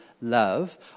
love